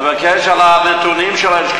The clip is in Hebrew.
אני עוד מחכה לתשובה על הנתונים של הלמ"ס.